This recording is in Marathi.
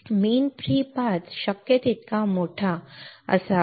मीन फ्री पाथ शक्य तितका मोठा शक्य तितका मोठा असावा